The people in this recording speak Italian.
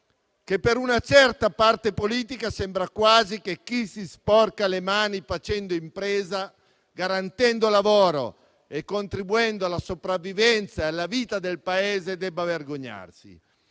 Per una certa parte politica sembra quasi che chi si sporca le mani facendo impresa, garantendo lavoro e contribuendo alla sopravvivenza e alla vita del Paese debba vergognarsi: